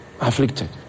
afflicted